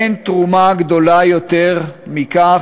אין תרומה גדולה יותר מכך,